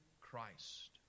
Christ